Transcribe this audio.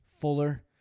Fuller